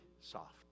soft